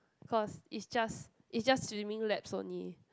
cause it's just it's just swimming laps only